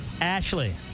Ashley